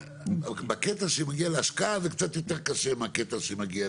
בקטע שמגיע להשקעה זה קצת יותר קשה מהקטע שמגיע